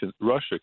Russia